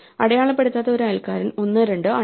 അടയാളപ്പെടുത്താത്ത ഒരു അയൽക്കാരൻ 1 2 ആണ്